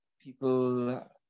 People